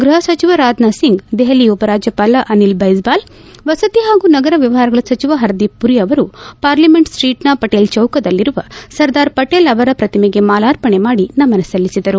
ಗೃಹ ಸಚಿವ ರಾಜನಾಥ್ ಸಿಂಗ್ ದೆಹಲಿ ಉಪರಾಜ್ಞಪಾಲ ಅನಿಲ್ ಬೈಜಾಲ್ ವಸತಿ ಹಾಗೂ ನಗರ ವ್ಯವಹಾರಗಳ ಸಚಿವ ಹರ್ದೀಪ್ ಪುರಿ ಅವರು ಪಾರ್ಲಿಮೆಂಟ್ ಸ್ಪೀಟ್ನ ಪಟೇಲ್ ಚೌಕದಲ್ಲಿರುವ ಸರ್ದಾರ್ ಪಟೇಲ್ ಅವರು ಪ್ರತಿಮೆಗೆ ಮಾಲಾರ್ಪಣೆ ಮಾಡಿ ನಮನ ಸಲ್ಲಿಸಿದರು